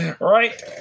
Right